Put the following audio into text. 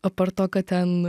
apart to kad ten